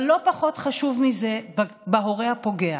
אבל לא פחות חשוב מזה, ההורה הפוגע,